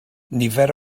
nifer